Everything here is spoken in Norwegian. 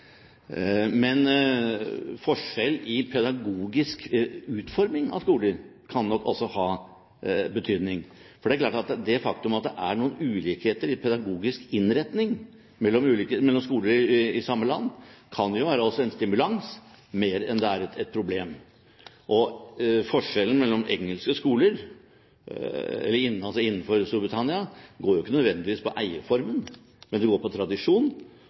Men forskjell i pedagogisk utforming av skoler kan nok ha betydning. Det er klart at det faktum at det er noen ulikheter i pedagogisk innretning mellom skoler i samme land, kan være en stimulans mer enn det er et problem. Forskjellen mellom engelske skoler, altså skoler i Storbritannia, går jo ikke nødvendigvis på eierformen, men det går på tradisjon.